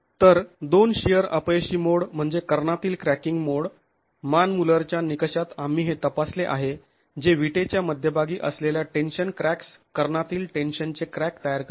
तर दोन शिअर अपयशी मोड म्हणजे कर्णातील क्रॅकिंग मोड मान मुल्लरच्या निकषात आम्ही हे तपासले आहे जे विटेच्या मध्यभागी असलेल्या टेन्शन क्रॅक्स् कर्णातील टेन्शनचे क्रॅक तयार करते